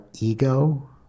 ego